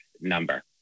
number